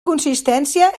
consistència